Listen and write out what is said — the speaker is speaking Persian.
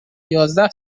یازده